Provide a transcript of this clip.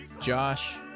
Josh